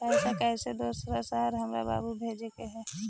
पैसा कैसै दोसर शहर हमरा बाबू भेजे के है?